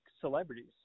celebrities